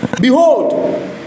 Behold